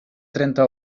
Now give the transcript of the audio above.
trenta